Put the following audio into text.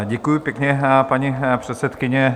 Děkuji pěkně, paní předsedkyně.